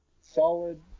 solid